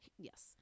Yes